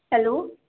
hello